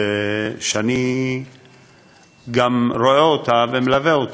שאני גם רואה אותה ומלווה אותה.